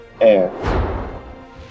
Air